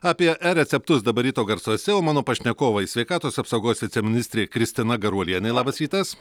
apie e receptus dabar ryto garsuose o mano pašnekovai sveikatos apsaugos viceministrė kristina garuolienė labas rytas